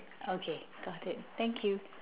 okay got it thank you